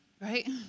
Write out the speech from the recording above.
right